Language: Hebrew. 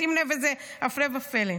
שים לב איזה הפלא ופלא.